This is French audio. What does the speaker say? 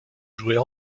jouer